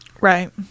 Right